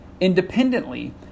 Independently